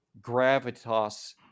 gravitas